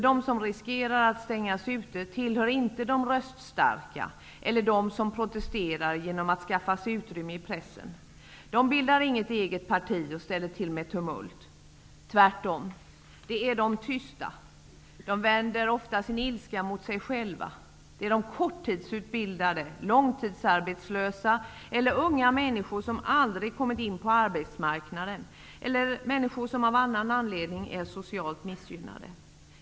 De som riskerar att stängas ute tillhör inte dem som är röststarka eller som protesterar genom att skaffa sig utrymme i pressen. De bildar inget eget parti och de ställer inte till med tumult, tvärtom. De är tysta. De vänder ofta sin ilska mot sig själva. De är korttidsutbildade, långtidsarbetslösa eller unga människor som aldrig kommit in på arbetsmarkanden. De kan också vara människor som av någon annan anledning är socialt missgynnade.